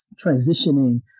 transitioning